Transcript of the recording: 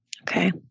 Okay